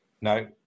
No